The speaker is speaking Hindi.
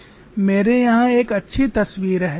मेरे यहाँ एक अच्छी तस्वीर है